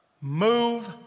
move